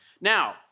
Now